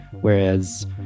Whereas